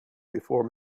before